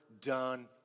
done